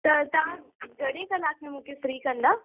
त तव्हां घणी कलाक में मूंखे फ्री कंदा